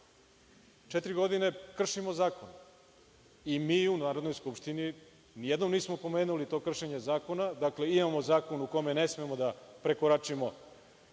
Četiri godine kršimo zakon i mi u Narodnoj skupštini nijednom nismo pomenuli to kršenje zakona. Dakle, imamo zakon u kome ne smemo da prekoračimo